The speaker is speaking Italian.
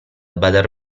badar